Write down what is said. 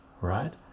right